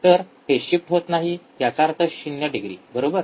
तर phase shift होत नाही याचा अर्थ ० डिग्री बरोबर